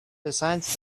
besides